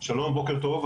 שלום, בוקר טוב.